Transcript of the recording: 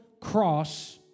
cross